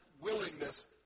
willingness